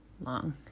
long